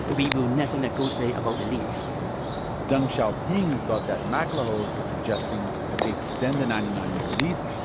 and we will never negotiate about the lease deng xiaoping thought that maclehose was suggesting that they extend the ninety nine year lease,